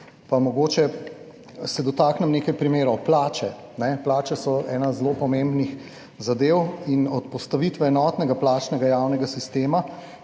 Pa mogoče se dotaknem nekaj primerov: plače. Plače so ena zelo pomembnih zadev in od postavitve enotnega plačnega javnega sistema